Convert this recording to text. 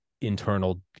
internal